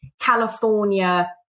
California